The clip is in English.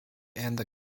and